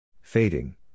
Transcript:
Fading